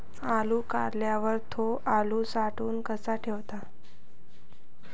आलू काढल्यावर थो आलू साठवून कसा ठेवाव?